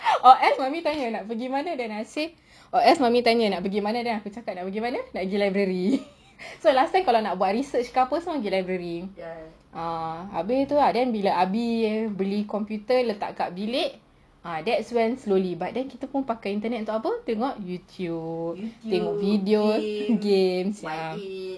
or ask everytime nak pergi mana then I say or else mummy tanya aku macam kak nak gi mana nak pergi library so last time kalau nak buat research ke apa pergi library ah abeh tu then bila abi beli computer letak dekat bilik that's when slowly but then kita pakai internet untuk buat apa tengok youtube video game